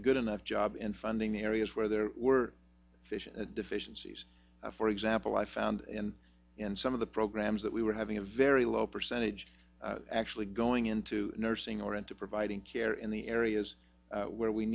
a good enough job in funding the areas where there were deficiencies for example i found in some of the programs that we were having a very low percentage actually going into nursing or into providing care in the areas where we